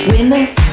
Winners